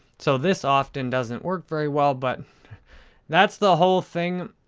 so, this often doesn't work very well, but that's the whole thing.